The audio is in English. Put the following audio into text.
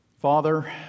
Father